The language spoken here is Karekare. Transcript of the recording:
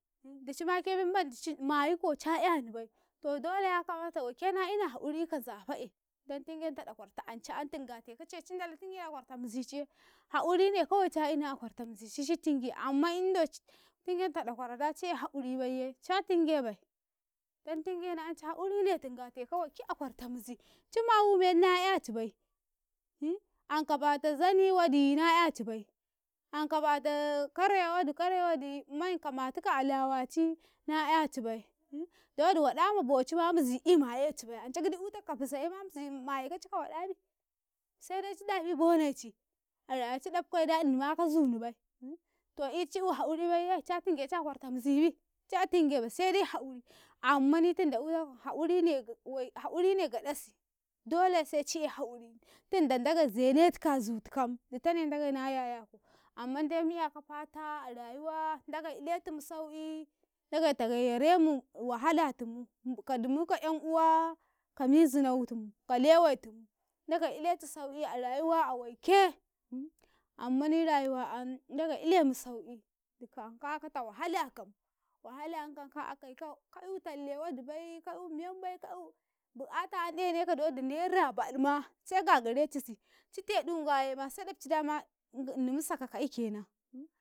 ﻿Dicima memmandi cimyikau ca 'yanibai to dole yakamata waike e haquri kanzafa'e don tungenta ɗakwarta anca'an tingatekace cin cindalatingena a kwarta miziciye haqurine kawai ca ina a kwarta mizici ci tingi amman indon citingenta da ɗakoro da ci e haquribaiye ca tingebai don tingena ance haqurine tingeka waikea kwarta mizi, ci mayu menna 'ya cibai anka bata zani wodina 'yacibai, anka bata kare wodi kare wodi man kamatika a kwaci na 'yacibai dowodi waɗa ma bocima mizi'i ma ecibaiance gidi eutaka ka fizayema mizi maye kaci ka waɗabi sedai ci dafi boneci a rayuwa ci ɗafkaye da inima ka zunibai in ci eu haquri baiye ca tingeci a kwarta mizibi, ca tingebai sede haquri ammani tunda eutakau haqurine gaɗ wai haqurine gaɗasi dole se ci e haquri tinda ndagei zene tika a zutukam titane ndagei na yayaku, amman de mu'yaka fata a rayuwa ndagei iletum sau'i ndagei tagayya remu wahalatumu ka dumu ka'yanuwa ka mizinotum ka lewaitum ndagai iletu sau'i ma rayuwa a waike ammani rayuwa an ndagai ilemu sau'i dika an ka akata wahala kam wahala yan kan ka akai ka eu talle wadibai ka eu membai ka eu bu'ata an deneka dowodi naira baɗma se gagarecisi ci teɗun gayema a seɗafai dama ina inimu sakakai kenam.